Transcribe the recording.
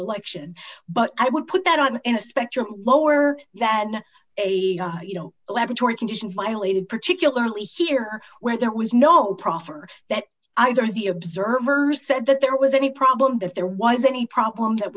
election but i would put that on in a spectrum lower than a laboratory conditions violated particularly here where there was no proffer that either the observers said that there was any problem that there was any problem that